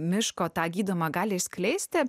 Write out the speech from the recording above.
miško tą gydomą gali išskleisti